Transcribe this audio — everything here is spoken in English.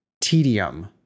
tedium